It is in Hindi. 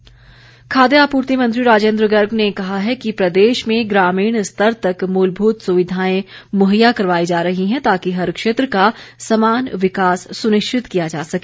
राजेन्द्र गर्ग खाद्य आपूर्ति मंत्री राजेन्द्र गर्ग ने कहा है कि प्रदेश में ग्रामीण स्तर तक मूलभूत सुविधाएं मुहैया करवाई जा रही हैं ताकि हर क्षेत्र का समान विकास सुनिश्चित किया जा सके